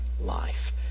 life